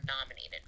nominated